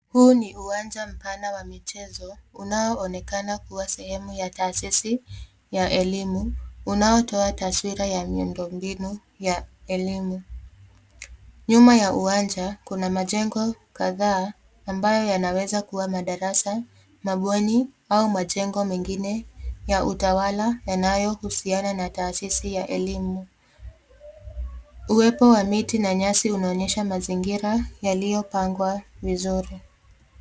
Huu ni uwanja mpana wa michezo unaoonekana kuwa eneo la taasisi ya elimu unaotoa taswira ya miundombinu ya elim. Nyuma ya uwanja kuna majengo kadhaa ambayo yanaweza kuwa madarasa, mabweni au majeng mengine ya utawala yanayohusiana na taasisi ya elimu. Uwepo wa miti na nyasi unaonyesha mazingira yaliyopangwa vizuri.